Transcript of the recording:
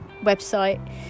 website